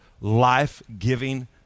life-giving